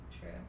True